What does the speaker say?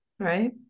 Right